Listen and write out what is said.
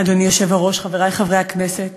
היושב-ראש, חברי חברי הכנסת,